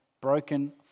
broken